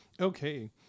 Okay